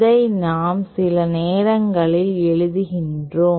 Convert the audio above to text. இதை நாம் சில நேரங்களில் எழுதுகிறோம்